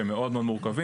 שהם מאוד מאוד מורכבים,